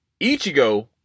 Ichigo